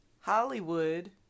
Hollywood